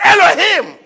Elohim